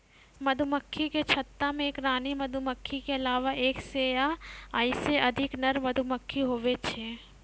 मधुमक्खी के छत्ता मे एक रानी मधुमक्खी के अलावा एक सै या ओहिसे अधिक नर मधुमक्खी हुवै छै